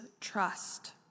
trust